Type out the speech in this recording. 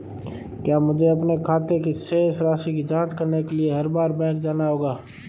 क्या मुझे अपने खाते की शेष राशि की जांच करने के लिए हर बार बैंक जाना होगा?